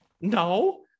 No